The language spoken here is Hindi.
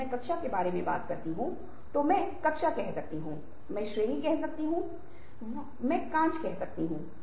तो मैं किस तरह से उन प्रकार के तर्कों को संभालने जा रहा हूं